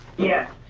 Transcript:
yes.